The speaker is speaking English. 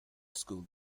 school